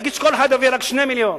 נגיד שכל אחד מביא רק 2 מיליונים.